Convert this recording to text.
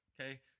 Okay